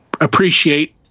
appreciate